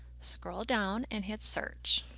scroll down and hit search.